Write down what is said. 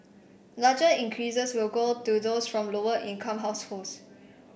larger increases will go to those from lower income households